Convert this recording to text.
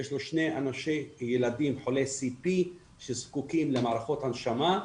יש לו שני ילדים חולי CP שזקוקים למערכות הנשמה,